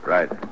Right